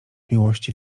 miłości